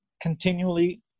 continually